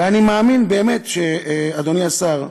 ואני מאמין באמת, אדוני השר,